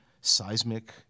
seismic